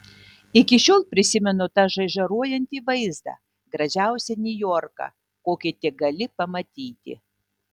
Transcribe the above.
iki šiol prisimenu tą žaižaruojantį vaizdą gražiausią niujorką kokį tik gali pamatyti